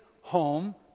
home